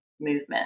movement